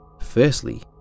Firstly